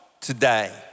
today